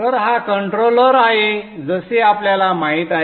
तर हा कंट्रोलर आहे जसे आपल्याला माहित आहे